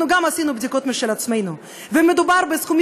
גם אנחנו עשינו